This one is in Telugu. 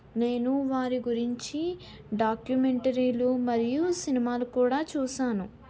నేను వారి గురించి డాక్యుమెంటరీ లో మరియు సినిమాలు కూడా చూశాను